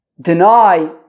Deny